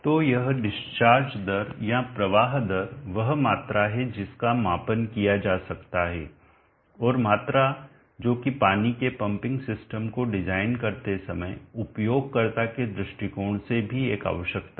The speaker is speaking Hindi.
तो यह डिस्चार्ज दर या प्रवाह दर वह मात्रा है जिसका मापन किया जा सकता है और मात्रा जो कि पानी के पंपिंग सिस्टम को डिज़ाइन करते समय उपयोगकर्ता के दृष्टिकोण से भी एक आवश्यकता है